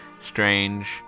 strange